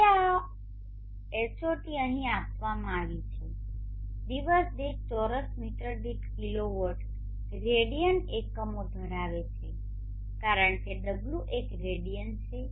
હવે આ Hot અહીં આપવામાં આવી છે દિવસ દીઠ ચોરસ મીટર દીઠ કિલોવોટ રેડિયન એકમો ધરાવે છે કારણ કે ω એક રેડિયન છે